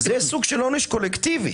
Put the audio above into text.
זה סוג של עונש קולקטיבי.